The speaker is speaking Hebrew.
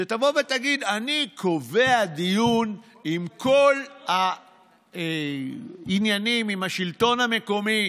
שתבוא ותגיד: אני קובע דיון עם כל העניינים: עם השלטון המקומי,